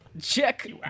Check